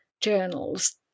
journals